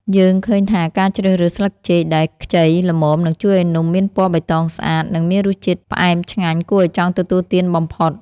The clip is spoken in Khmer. យើងឃើញថាការជ្រើសរើសស្លឹកចេកដែលខ្ចីល្មមនឹងជួយឱ្យនំមានពណ៌បៃតងស្អាត និង មានរសជាតិផ្អែមឆ្ងាញ់គួរឱ្យចង់ទទួលទានបំផុត។